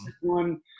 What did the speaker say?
one